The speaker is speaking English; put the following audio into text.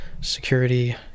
Security